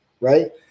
right